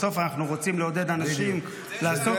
בסוף אנחנו רוצים לעודד אנשים לעסוק